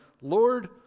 Lord